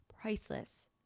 priceless